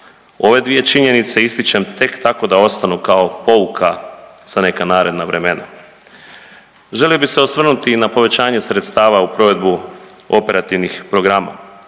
Ove dvije činjenice ističem tek tako da ostanu kao pouka za neka naredna vremena. Želio bi se osvrnuti i na povećanje sredstava u provedbu operativnih programa